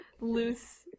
loose